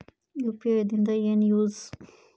UPI ದಿಂದ ಏನು use?